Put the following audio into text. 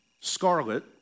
Scarlet